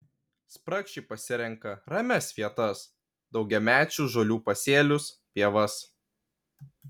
spragšiai pasirenka ramias vietas daugiamečių žolių pasėlius pievas